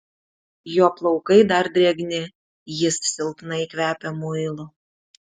jo plaukai dar drėgni jis silpnai kvepia muilu